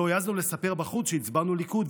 לא העזנו לספר בחוץ שהצבענו ליכוד,